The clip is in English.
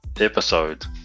episode